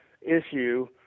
issue